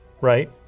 right